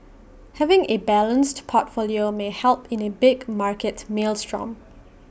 having A balanced portfolio may help in A big market maelstrom